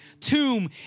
tomb